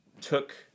took